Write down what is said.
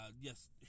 yes